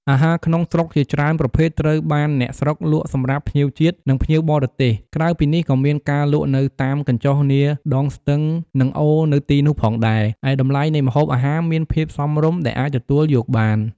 អាហារក្នុងស្រុកជាច្រើនប្រភេទត្រូវបានអ្នកស្រុកលក់សម្រាប់ ភ្ញៀវជាតិ និងភ្ញៀវបរទេស ក្រៅពីនេះក៏មានការលក់នៅតាមកញ្ចុះនាដងស្ទឹងនឹងអូរនៅទីនោះផងដែរ ឯតម្លៃនៃម្ហូបអាហារមានភាពសមរម្យដែលអាចទទួលយកបាន។